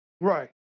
right